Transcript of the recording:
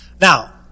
Now